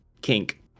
kink